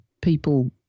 people